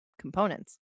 components